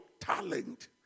talent